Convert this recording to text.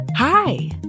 Hi